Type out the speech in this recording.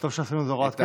שעשינו זה הוראת קבע.